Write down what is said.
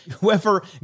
Whoever